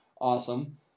awesome